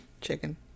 Chicken